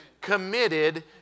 Committed